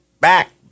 back